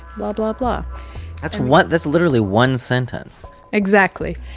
blah blah blah that's, what? that's literally one sentence exactly.